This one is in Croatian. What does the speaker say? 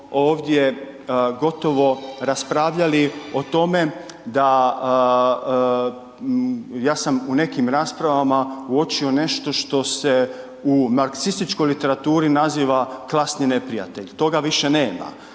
ovdje gotovo raspravljali o tome da, ja sam u nekim raspravama uočio nešto što se u marksističkoj literaturi naziva klasni neprijatelj. Toga više nema.